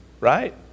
right